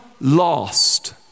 lost